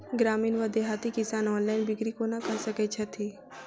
ग्रामीण वा देहाती किसान ऑनलाइन बिक्री कोना कऽ सकै छैथि?